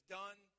done